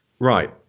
Right